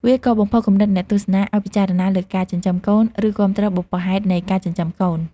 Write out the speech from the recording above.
វាក៏បំផុសគំនិតអ្នកទស្សនាឲ្យពិចារណាលើការចិញ្ចឹមកូន ឬគាំទ្របុព្វហេតុនៃការចិញ្ចឹមកូន។